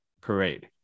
parade